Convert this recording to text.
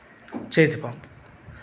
చేతి పంపు